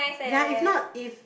ya if not if